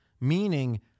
meaning